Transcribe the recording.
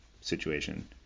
situation